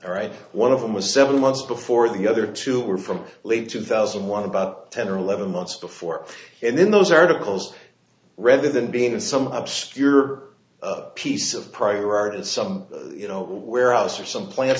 right one of them was seven months before the other two were from late two thousand and one about ten or eleven months before and in those articles rather than being some obscure piece of prior art and some you know warehouse or some plant